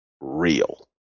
real